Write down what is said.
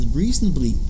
reasonably